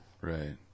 Right